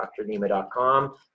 DrNema.com